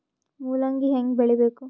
ಮೂಲಂಗಿ ಹ್ಯಾಂಗ ಬೆಳಿಬೇಕು?